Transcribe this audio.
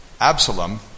Absalom